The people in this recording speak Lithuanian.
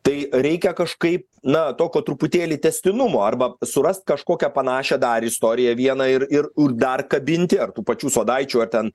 tai reikia kažkaip na tokio truputėlį tęstinumo arba surast kažkokią panašią dar istoriją vieną ir ir dar kabinti ar tų pačių sodaičių ar ten